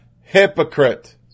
hypocrite